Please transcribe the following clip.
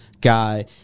guy